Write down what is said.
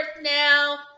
Now